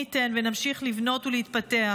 מי ייתן ונמשיך לבנות ולהתפתח